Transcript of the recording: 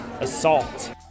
assault